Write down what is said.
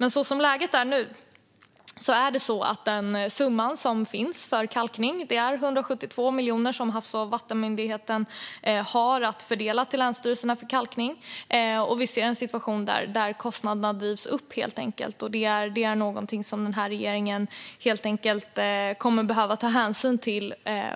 Men som läget är nu är det 172 miljoner kronor som Havs och vattenmyndigheten har att fördela till länsstyrelserna för kalkning. Och vi ser en situation där kostnaderna drivs upp, vilket denna regering helt enkelt kommer att behöva ta hänsyn till